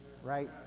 Right